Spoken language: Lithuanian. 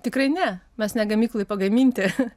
tikrai ne mes ne gamykloj pagaminti